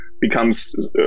becomes